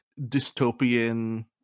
dystopian